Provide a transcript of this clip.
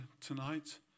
tonight